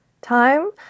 time